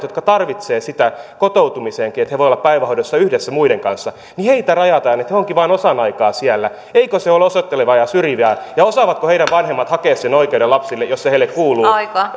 jotka tarvitsevat kotoutumiseenkin sitä että he voivat olla päivähoidossa yhdessä muiden kanssa rajataan että he ovatkin vain osan aikaa siellä eikö se ole osoittelevaa ja syrjivää ja osaavatko heidän vanhempansa hakea sen oikeuden lapsille jos se heille kuuluu